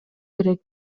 керек